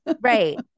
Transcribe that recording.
Right